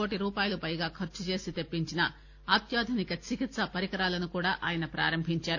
కోటి రూపాయల పైగా ఖర్చుచేసి తెప్పించిన అత్యాధునిక చికిత్సా పరికరాలను కూడా ఆయన ప్రారంభించారు